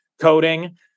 coding